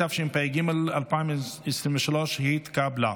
התשפ"ג 2023, נתקבלה.